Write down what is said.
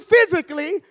physically